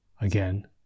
Again